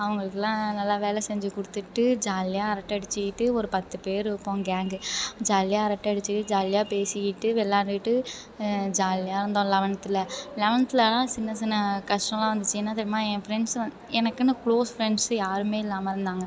அவங்களுக்குலாம் நல்லா வேலை செஞ்சுக் கொடுத்துட்டு ஜாலியாக அரட்டை அடித்துக்கிட்டு ஒரு பத்து பேர் இருப்போம் கேங்கு ஜாலியாக அரட்டை அடித்துக்கிட்டு ஜாலியாக பேசிக்கிட்டு விளாண்டுக்கிட்டு ஜாலியாக இருந்தோம் லெவன்த்தில் லெவன்த்திலலாம் சின்ன சின்ன கஷ்டம்லாம் வந்துச்சு என்ன தெரியுமா என் ஃப்ரெண்ட்ஸ் வந்து எனக்குன்னு க்ளோஸ் ஃப்ரெண்ட்ஸு யாருமே இல்லாமல் இருந்தாங்க